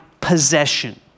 possession